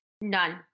None